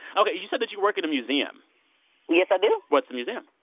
ok. you said that you work at a museum yes, i do what's the museum?